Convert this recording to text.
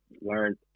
learned